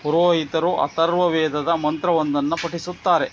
ಪುರೋಹಿತರು ಅಥರ್ವವೇದದ ಮಂತ್ರವೊಂದನ್ನು ಪಠಿಸುತ್ತಾರೆ